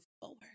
forward